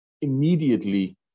immediately